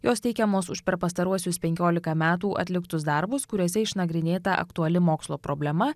jos teikiamos už per pastaruosius penkiolika metų atliktus darbus kuriuose išnagrinėta aktuali mokslo problema